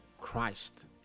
christ